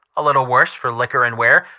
a little worse for liquor and wear,